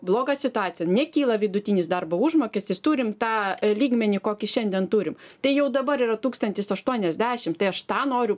bloga situacija nekyla vidutinis darbo užmokestis turim tą lygmenį kokį šiandien turim tai jau dabar yra tūkstantis aštuoniasdešim tai aš tą noriu